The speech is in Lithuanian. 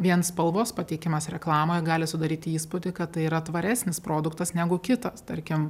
vien spalvos pateikimas reklamoje gali sudaryti įspūdį kad tai yra tvaresnis produktas negu kitas tarkim